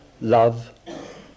love